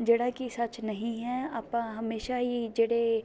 ਜਿਹੜਾ ਕਿ ਸੱਚ ਨਹੀਂ ਹੈ ਆਪਾਂ ਹਮੇਸ਼ਾ ਹੀ ਜਿਹੜੇ